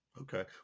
Okay